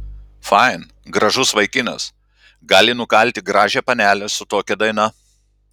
fain gražus vaikinas gali nukalti gražią panelę su tokia daina